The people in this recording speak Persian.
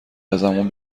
ازمون